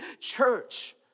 Church